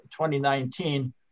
2019